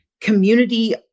community